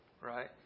right